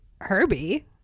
Herbie